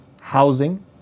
Housing